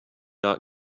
not